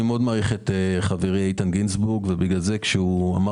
אני מעריך מאוד את חברי איתן גינזבורג ובגלל זה כשהוא אמר